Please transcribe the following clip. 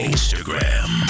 Instagram